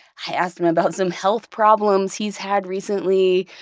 i asked him about some health problems he's had recently.